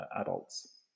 adults